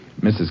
Mrs